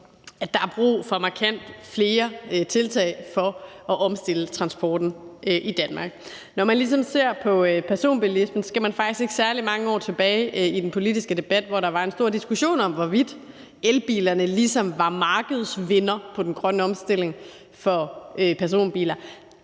at der er brug for markant flere tiltag for at omstille transporten i Danmark. Når man ligesom ser på privatbilismen, skal man faktisk ikke særlig mange år tilbage i den politiske debat for at se, at der var en stor diskussion om, hvorvidt elbilerne ligesom var markedsvindere på den grønne omstilling for personbiler.